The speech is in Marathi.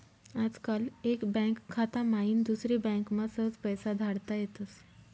आजकाल एक बँक खाता माईन दुसरी बँकमा सहज पैसा धाडता येतस